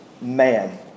man